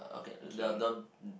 okay